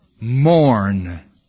Mourn